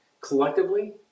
collectively